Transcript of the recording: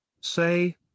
Say